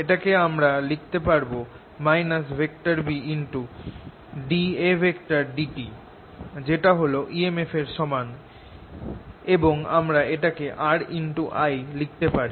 এটাকে আমরা লিখতে পারব Bddt যেটা হল emf এর সমান এবং আমরা এটাকে RI লিখতে পারি